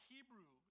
Hebrew